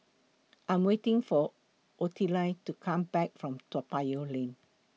I'm waiting For Ottilie to Come Back from Toa Payoh Lane